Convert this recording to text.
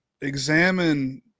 examine